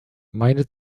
meine